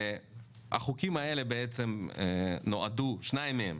הצעות החוק האלה נועדו, שתיים מהן,